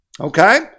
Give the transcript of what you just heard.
Okay